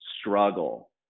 struggle